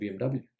BMW